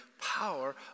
power